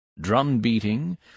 drum-beating